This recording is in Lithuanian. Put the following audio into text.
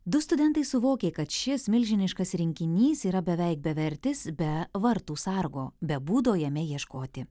du studentai suvokė kad šis milžiniškas rinkinys yra beveik bevertis be vartų sargo be būdo jame ieškoti